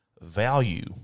value